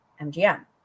MGM